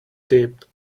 deep